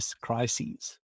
crises